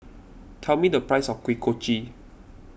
tell me the price of Kuih Kochi